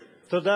תודה.